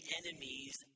enemies